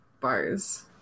bars